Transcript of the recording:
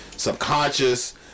subconscious